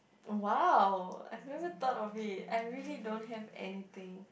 !wow! I've never thought of it I really don't have anything